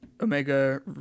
Omega